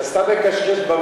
אתה סתם מקשקש במוח.